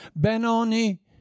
Benoni